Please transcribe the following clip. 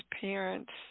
parents